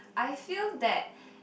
I feel that